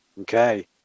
Okay